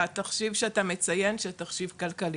בתחשיב שאתה מציין של תחשיב כלכלי.